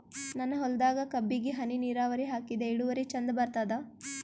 ನನ್ನ ಹೊಲದಾಗ ಕಬ್ಬಿಗಿ ಹನಿ ನಿರಾವರಿಹಾಕಿದೆ ಇಳುವರಿ ಚಂದ ಬರತ್ತಾದ?